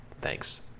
Thanks